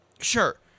Sure